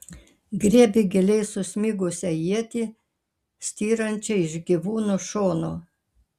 griebė giliai susmigusią ietį styrančią iš gyvūno šono